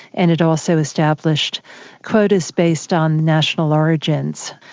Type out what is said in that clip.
and it also established quotas based on national origins,